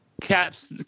Caps